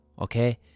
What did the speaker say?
Okay